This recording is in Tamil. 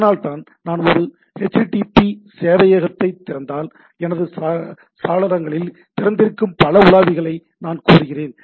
அதனால்தான் நான் ஒரு ஏச்டீடீபி சேவையகத்தைத் திறந்தால் எனது சாளரங்களில் திறந்திருக்கும் பல உலாவிகளை நான் கோருகிறேன்